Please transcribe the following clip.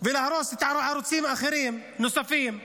ולהרוס את הערוצים האחרים, הנוספים,